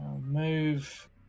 move